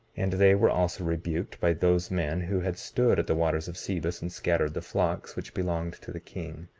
and they were also rebuked by those men who had stood at the waters of sebus and scattered the flocks which belonged to the king,